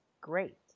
great